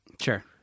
Sure